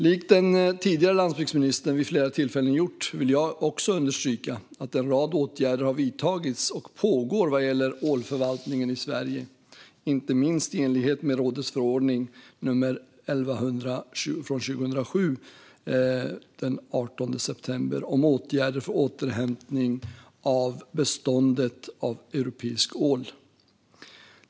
Likt den tidigare landsbygdsministern vid flera tillfällen gjort vill jag också understryka att en rad åtgärder har vidtagits och pågår vad gäller ålförvaltningen i Sverige, inte minst i enlighet med rådets förordning nr 1100/2007 av den 18 september 2007 om åtgärder för återhämtning av beståndet av europeisk ål.